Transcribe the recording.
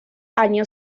año